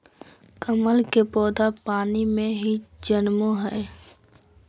कमल के पौधा पानी में ही जन्मो हइ